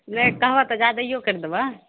नहि कहबह तऽ ज्यादइओ करि देबह